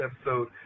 episode